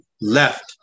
left